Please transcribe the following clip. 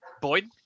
Boyd